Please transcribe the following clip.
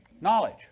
Knowledge